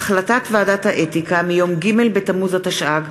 החלטת ועדת האתיקה מיום ג' בתמוז התשע"ג,